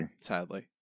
Sadly